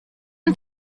aux